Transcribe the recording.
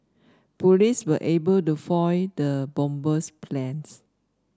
police were able to foil the bomber's plans